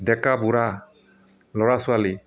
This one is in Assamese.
ডেকা বুঢ়া ল'ৰা ছোৱালী